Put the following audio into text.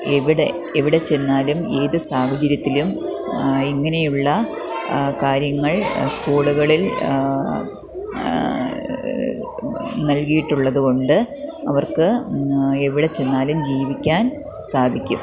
എവിടെ എവിടെച്ചെന്നാലും ഏത് സാഹചര്യത്തിലും ഇങ്ങനെയുള്ള കാര്യങ്ങൾ സ്ക്കൂള്കളിൽ നൽകിയിട്ടുള്ളത്കൊണ്ട് അവർക്ക് എവിടെച്ചെന്നാലും ജീവിക്കാൻ സാധിക്കും